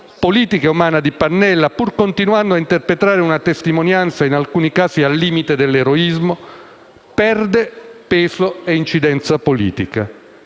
politica e umana di Pannella, pur continuando a interpretare una testimonianza in alcuni casi al limite dell'eroismo, perde peso e incidenza politica.